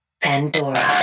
Pandora